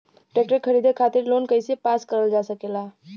Tractor खरीदे खातीर loan कइसे पास करल जा सकेला?